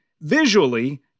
visually